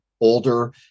Older